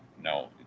no